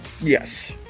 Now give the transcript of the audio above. yes